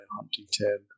Huntington